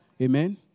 Amen